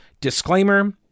disclaimer